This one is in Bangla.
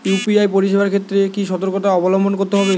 ইউ.পি.আই পরিসেবার ক্ষেত্রে কি সতর্কতা অবলম্বন করতে হবে?